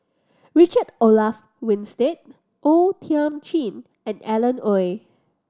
Richard Olaf Winstedt O Thiam Chin and Alan Oei